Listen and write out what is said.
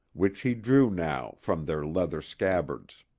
which he drew now from their leather scabbards.